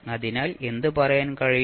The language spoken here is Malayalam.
അതിനാൽ എന്ത് പറയാൻ കഴിയും